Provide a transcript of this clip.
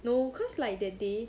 no cause like that day